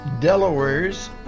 Delawares